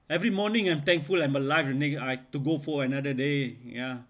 every morning I'm thankful I'm alive I to go for another day ya